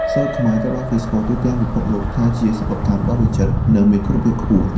សូត្រខ្មែរ ត្រូវបានគេស្គាល់ទូទាំងពិភពលោកថាជាសិប្បកម្មដ៏វិចិត្រ និងមានគុណភាពខ្ពស់។